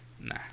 Nah